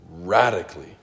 radically